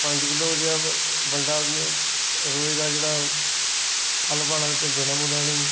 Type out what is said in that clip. पंंज किल्लो जां बंढा रोज दा जेह्ड़ा खल पाना देना पौंदा इ'नेंगी